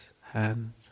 hand